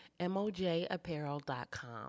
Mojapparel.com